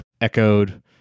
echoed